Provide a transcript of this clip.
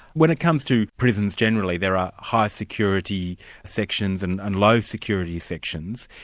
when it comes to prisons generally, there are high security sections and and low security sections,